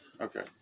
Okay